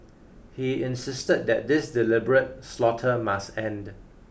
he insisted that this deliberate slaughter must end